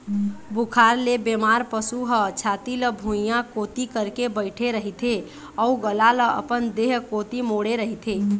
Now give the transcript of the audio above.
बुखार ले बेमार पशु ह छाती ल भुइंया कोती करके बइठे रहिथे अउ गला ल अपन देह कोती मोड़े रहिथे